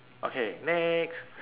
okay next